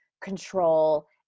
control